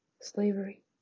Slavery